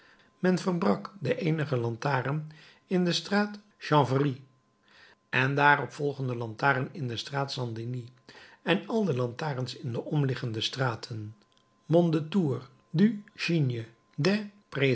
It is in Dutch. men verbrak de eenige lantaarn in de straat chanvrerie de daarop volgende lantaarn in de straat st dénis en al de lantaarns in de omliggende straten mondétour du